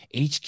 HQ